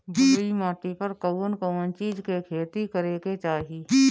बलुई माटी पर कउन कउन चिज के खेती करे के चाही?